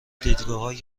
دیدگاههای